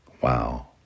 Wow